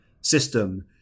system